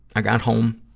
i got home.